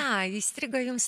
a įstrigo jums